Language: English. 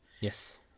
Yes